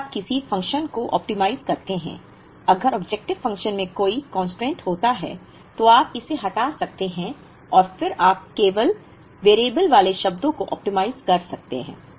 जब आप किसी फ़ंक्शन को ऑप्टिमाइज़ करते हैं अगर ऑब्जेक्टिव फ़ंक्शन में कोई स्थिरांक कांस्टेंट होता है तो आप इसे हटा सकते हैं और फिर आप केवल चर वेरिएबल वाले शब्दों को ऑप्टिमाइज़ कर सकते हैं